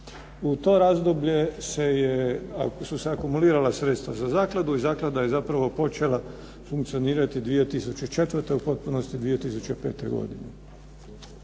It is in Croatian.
U to razdoblje su se akumulirala sredstva za zakladu i zaklada je zapravo počela funkcionirati 2004., u potpunosti 2005. godine.